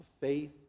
faith